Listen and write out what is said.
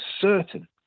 certain